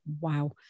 wow